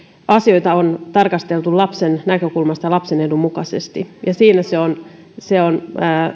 asioita on tarkasteltu lapsen näkökulmasta ja lapsen edun mukaisesti siinä se on se on